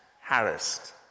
Harassed